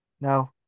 no